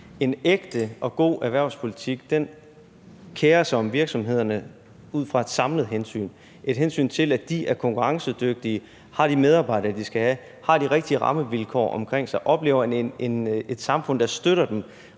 En ægte og god erhvervspolitik kerer sig om virksomhederne ud fra et samlet hensyn – et hensyn til, at de er konkurrencedygtige, har de medarbejdere, de skal have, har de rigtige rammevilkår omkring sig, oplever et samfund, der støtter dem.